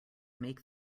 make